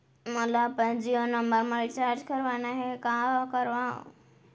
मोला अपन जियो नंबर म रिचार्ज करवाना हे, का करव?